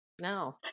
No